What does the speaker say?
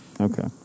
Okay